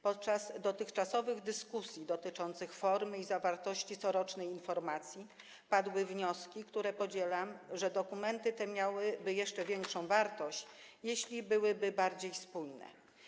Podczas dotychczasowych dyskusji dotyczących formy i zawartości corocznej informacji padły wnioski, które podzielam, że dokumenty te miałyby jeszcze większą wartość, jeśli byłyby bardziej spójne.